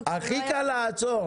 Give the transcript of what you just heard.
את יודעת, הכי קל לעצור.